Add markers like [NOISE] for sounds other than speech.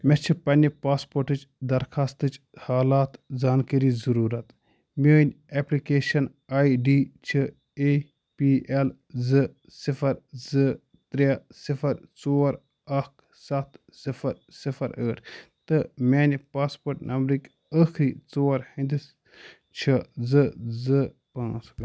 مےٚ چھِ پننہِ پاسپورٹٕچ درخوٛاستٕچ حالات زانکٲری ضُروٗرت میٛٲنۍ ایٚپلِکیشن آے ڈی چھِ اے پی ایٚل زٕ صِفر زٕ ترٛےٚ صِفر ژور اکھ سَتھ صِفر صِفر ٲٹھ تہٕ میٛانہِ پاسپورٹ نمبرٕکۍ ٲخری ژور ہِنٛدِس چھِ زِ زٕ پاںٛژھ [UNINTELLIGIBLE]